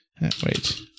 wait